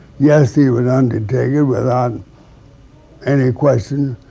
yes, he would undertake it without any questions,